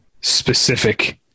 specific